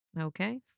okay